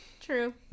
True